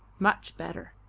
much better.